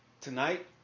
tonight